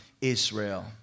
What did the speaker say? Israel